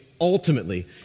ultimately